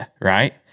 right